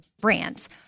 brands